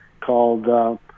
called